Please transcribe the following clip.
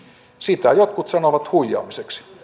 sitä jotkut sanovat huijaamiseksi